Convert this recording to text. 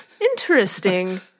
Interesting